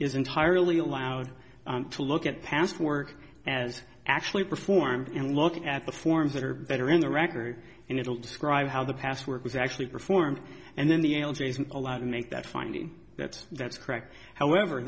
is entirely allowed to look at past work as actually performed and look at the forms that are better in the record and it'll describe how the past work was actually performed and then the allegation allowed to make that finding that that's correct however